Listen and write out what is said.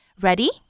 Ready